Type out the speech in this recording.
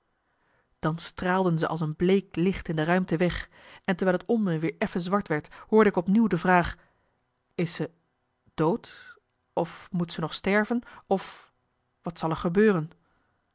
dan straalden ze als een bleek licht in de ruimte weg en terwijl t om me weer effen zwart werd hoorde ik opnieuw de vraag is ze dood of moet ze nog sterven of wat zal er gebeuren